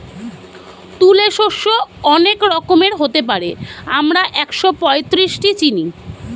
তুলে শস্য অনেক রকমের হতে পারে, আমরা একশোপঁয়ত্রিশটি চিনি